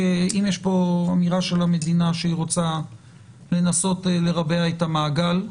כי יש אמירה של המדינה שהיא רוצה לנסות לרבע את המעגל.